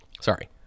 sorry